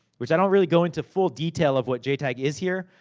which, i don't really go into full detail of what jtag is here,